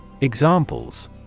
Examples